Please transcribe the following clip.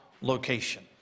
location